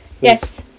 yes